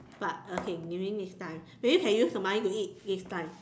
but okay maybe next time maybe can use the money to eat next time